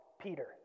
Peter